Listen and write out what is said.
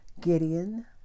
Gideon